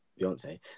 Beyonce